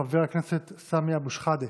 חבר הכנסת סמי אבו שחאדה.